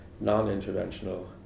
non-interventional